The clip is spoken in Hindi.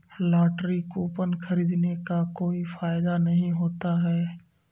लॉटरी कूपन खरीदने का कोई फायदा नहीं होता है